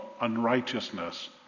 unrighteousness